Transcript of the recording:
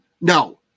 No